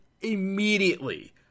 immediately